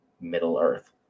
Middle-earth